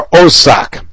osak